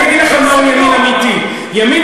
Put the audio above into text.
אני אגיד לכם מהו ימין אמיתי: ימין